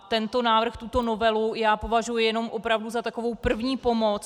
Tento návrh, tuto novelu, já považuji opravdu za takovou první pomoc.